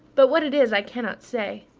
but what it is i can't say.